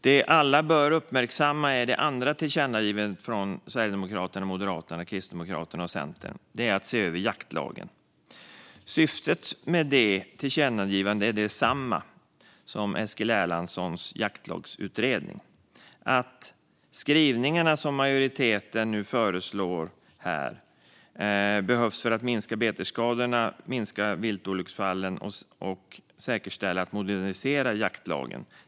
Det alla bör uppmärksamma är det andra tillkännagivandet som Sverigedemokraterna, Moderaterna, Kristdemokraterna och Centern ställt sig bakom och som handlar om att se över jaktlagen. Syftet med det tillkännagivandet är detsamma som Eskil Erlandssons jaktlagsutredning: att skrivningarna som majoriteten nu föreslår behövs för att minska betesskadorna, minska viltolycksfallen och säkerställa en modernisering av jaktlagen.